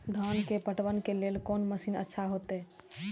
धान के पटवन के लेल कोन मशीन अच्छा होते?